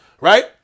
right